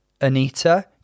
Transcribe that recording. Anita